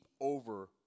over